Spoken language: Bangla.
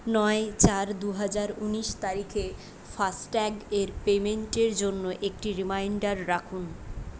নয় চার দু হাজার ঊনিশ তারিখে ফাস্ট্যাগের পেইমেন্টের জন্য একটি রিমাইন্ডার রাখুন